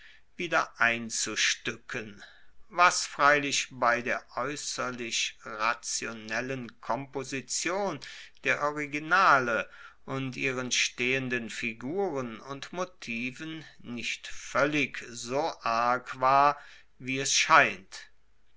wieder einzustuecken was freilich bei der aeusserlich rationellen komposition der originale und ihren stehenden figuren und motiven nicht voellig so arg war wie es scheint